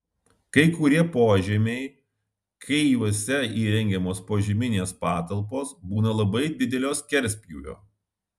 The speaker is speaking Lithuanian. kai kurie požemiai kai juose įrengiamos požeminės patalpos būna labai didelio skerspjūvio